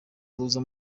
ruza